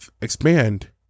expand